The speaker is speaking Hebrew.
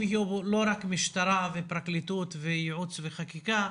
לא יהיו רק משטרה ופרקליטות וייעוץ וחקיקה,